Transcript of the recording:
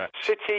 City